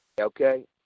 Okay